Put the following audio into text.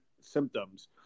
symptoms